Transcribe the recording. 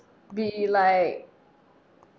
be like